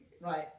Right